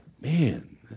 Man